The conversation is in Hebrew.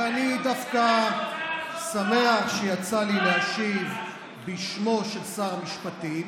ואני דווקא שמח שיצא לי להשיב בשמו של שר המשפטים,